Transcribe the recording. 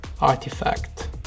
Artifact